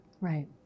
Right